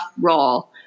role